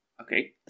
Okay